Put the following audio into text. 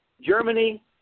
Germany